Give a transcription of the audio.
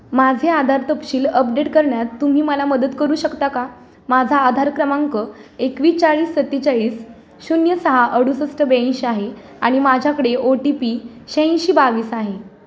माझे आधार तपशील अपडेट करण्यात तुम्ही मला मदत करू शकता का माझा आधार क्रमांक एक्केचाळीस सत्तेचाळीस शून्य सहा अडुसष्ट ब्याऐंशी आहे आणि माझ्याकडे ओ टी पी शहाऐंशी बावीस आहे